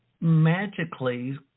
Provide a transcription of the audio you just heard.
magically